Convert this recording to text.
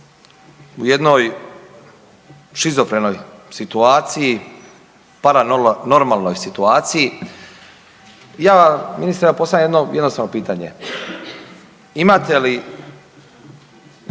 u jednoj šizofrenoj situaciji, paranormalnoj situaciji ja ministre, ja postavljam jedno jednostavno pitanje. Imate li